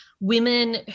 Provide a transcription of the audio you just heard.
women